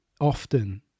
often